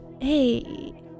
Hey